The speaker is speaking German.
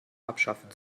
abschaffen